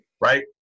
Right